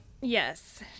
Yes